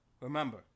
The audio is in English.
Remember